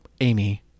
Amy